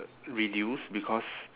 reduce because